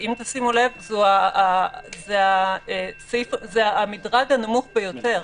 ואם תשימו לב, זה המדרג הנמוך ביותר.